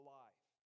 life